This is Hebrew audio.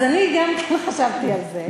אז אני גם כן חשבתי על זה.